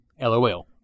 LOL